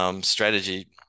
strategy